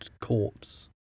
corpse